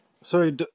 Sorry